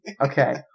Okay